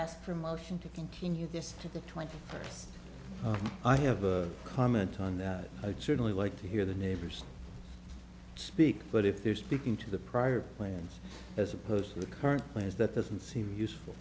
last promotion to continue this to the twenty first i have a comment on that i'd certainly like to hear the neighbors speak but if they're speaking to the prior wins as opposed to the current players that doesn't seem useful